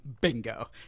Bingo